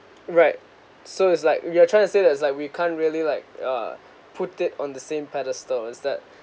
right so it's like you are trying to say that it's like we can't really like uh put it on the same pedestal is that